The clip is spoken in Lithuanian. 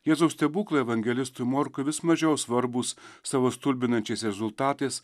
jėzaus stebuklai evangelistui morkui vis mažiau svarbūs savo stulbinančiais rezultatais